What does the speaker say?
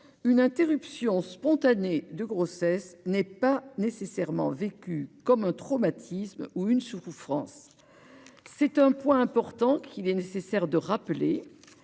une interruption spontanée de grossesse n'est pas nécessairement vécue comme un traumatisme ou une souffrance. C'est un point important qu'il est nécessaire de rappeler,